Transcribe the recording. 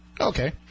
Okay